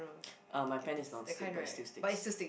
uh my pan is non stick but it still sticks